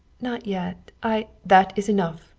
not yet. i that is enough.